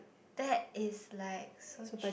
that is like so cheap